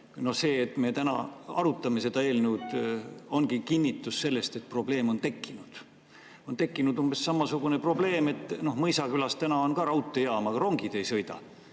see, et me täna arutame seda eelnõu, ongi kinnitus, et probleem on tekkinud. On tekkinud umbes samasugune probleem, et Mõisakülas on ka raudteejaam, aga rongid ei sõida,